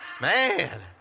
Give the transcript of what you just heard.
Man